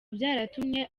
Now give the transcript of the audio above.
byaratumye